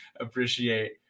appreciate